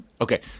Okay